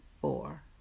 four